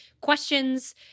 questions